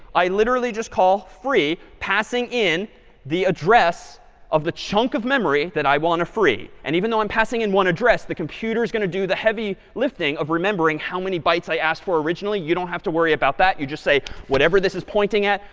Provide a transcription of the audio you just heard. i literally just call free, passing in the address of the chunk of memory that i want to free. and even though i'm passing in one address, the computer is going to do the heavy, lifting of remembering how many bytes i asked for originally. you don't have to worry about that. you just say, whatever this is pointing at,